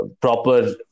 proper